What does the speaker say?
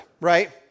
right